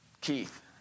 Keith